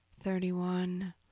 thirty-one